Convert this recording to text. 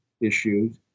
issues